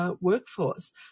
workforce